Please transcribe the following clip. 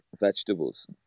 vegetables